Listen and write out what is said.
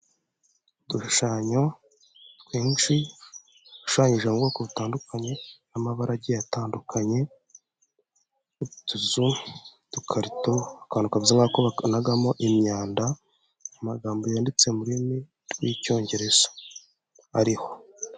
Udushushanyo twinshi dushushanyije mu bwoko butandukanye n'amabara agiye atanduknye utuzu, udukarito, akantu kameze nk'ako banagamo imyanda, amagambo yanditse mu rurimi rw'icyongereza ariho.